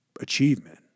achievement